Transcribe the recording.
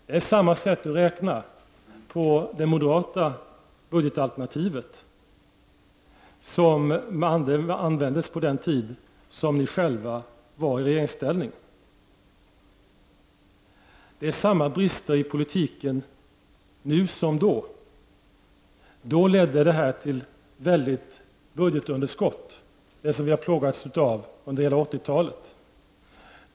Det är samma sätt att räkna när det gäller det moderata budgetalternativet som det som användes under den tid ni själva var i regeringsställning. Det är samma brister i politiken nu som då. Då ledde det här till ett väldigt budgetunderskott, det som vi har plågats av under hela 80-talet.